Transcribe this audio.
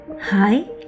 Hi